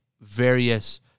various